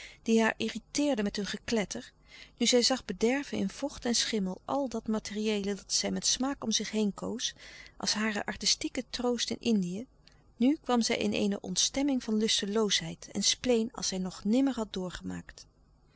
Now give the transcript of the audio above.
die haar irriteerden met hun gekletter nu zij zag bederven in vocht en schimmel al dat materieele dat zij met smaak om zich heen koos als hare artistieke troost in indië nu kwam zij in eene ontstemming van lusteloosheid en spleen als zij nog nimmer had doorgemaakt